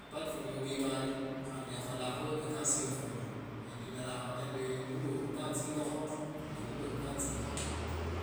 Apart from obuibali khandi ikholakho ekasi ya khulima endi mundu eruka chingokho. ndi mundu eruka chingombe